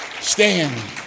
stand